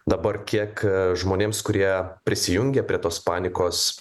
dabar kiek žmonėms kurie prisijungia prie tos panikos